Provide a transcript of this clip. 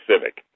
Civic